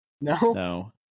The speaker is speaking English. no